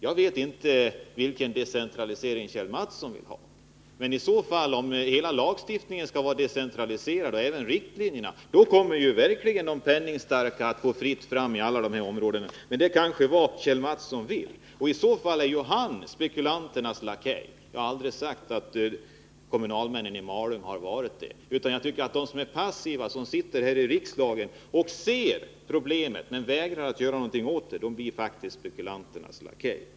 Jag vet inte vilken decentralisering Kjell Mattsson vill ha, men om hela lagstiftningen skall vara decentraliserad och även riktlinjerna uppdragna, så kommer det verkligen att vara fritt fram för de penningstarka på alla de här områdena. Det kanske var det Kjell Mattsson ville. I så fall är han spekulanternas lakej. Jag har aldrig sagt att kommunalmännen i Malung har varit det, men jag tycker att de som sitter passiva här i riksdagen och ser problemet men vägrar att göra någonting åt det är spekulanternas lakejer.